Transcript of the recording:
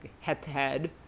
head-to-head